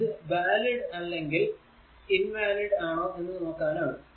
ഇത് വാലിഡ് അല്ലെങ്കിൽ invalid ആണോ എന്ന് നോക്കാൻ ആണ്